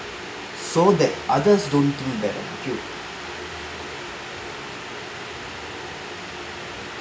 so that others don't